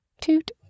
toot